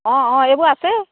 অঁ অঁ এইবোৰ আছে